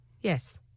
Yes